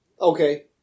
Okay